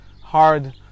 hard